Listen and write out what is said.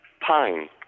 pine